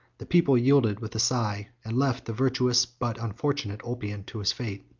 the people yielded with a sigh, and left the virtuous but unfortunate ulpian to his fate.